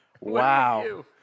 Wow